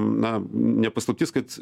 na ne paslaptis kad